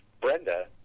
Brenda